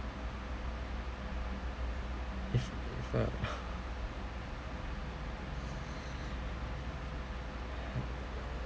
if